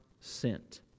sent